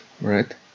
right